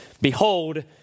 behold